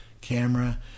camera